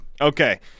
Okay